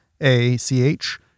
A-C-H